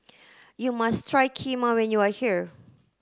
you must try Kheema when you are here